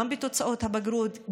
גם בתוצאות הבגרות,